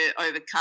overcome